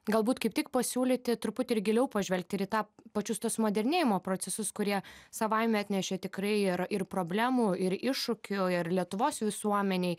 galbūt kaip tik pasiūlyti truputį ir giliau pažvelgti ir į tą pačius tuos modernėjimo procesus kurie savaime atnešė tikrai ir ir problemų ir iššūkių ir lietuvos visuomenei